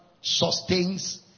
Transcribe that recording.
sustains